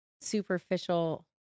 superficial